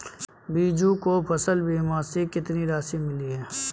बीजू को फसल बीमा से कितनी राशि मिली है?